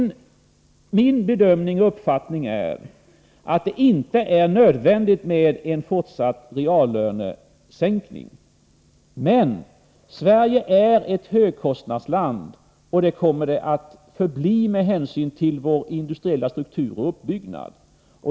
Min bedömning och uppfattning är att det inte är nödvändigt med en fortsatt reallönesänkning. Men Sverige är ett högkostnadsland, och det kommer det att förbli med hänsyn till vår industriella struktur och uppbyggnad.